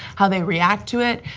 how they react to it,